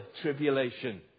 tribulation